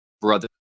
brother